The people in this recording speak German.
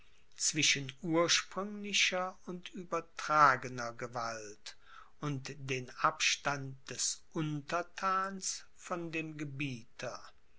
zwischen ursprünglicher und übertragener gewalt und den abstand des unterthans von dem gebieter